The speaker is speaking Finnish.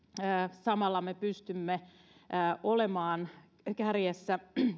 samalla me pystymme olemaan kansainvälisen tutkimuksen kärjessä